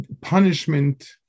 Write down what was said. punishment